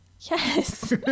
Yes